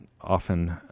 often